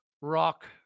Rock